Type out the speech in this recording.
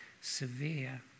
severe